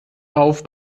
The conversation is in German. auf